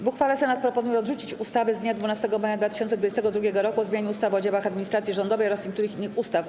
W uchwale Senat proponuje odrzucić ustawę z dnia 12 maja 2022 r. o zmianie ustawy o działach administracji rządowej oraz niektórych innych ustaw.